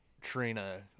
Trina